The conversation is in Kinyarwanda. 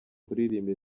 kuririmba